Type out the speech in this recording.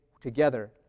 together